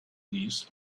leaves